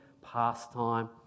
pastime